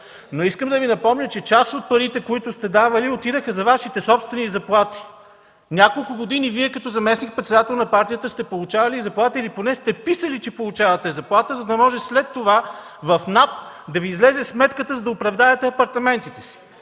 Искам да Ви напомня, че част от парите, които сте давали, отидоха за Вашите собствени заплати! Няколко години като заместник-председател на партията Вие сте получавали заплата или поне сте писали, че получавате заплата, за да може след това в НАП да Ви излезе сметката, за да оправдаете апартаментите си!